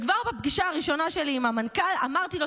וכבר בפגישה הראשונה שלי עם המנכ"ל אמרתי לו